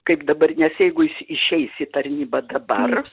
kaip dabar nes jeigu jis išeis į tarnybą dabar